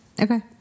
Okay